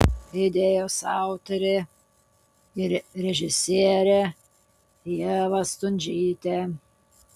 idėjos autorė ir režisierė ieva stundžytė